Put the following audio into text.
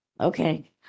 Okay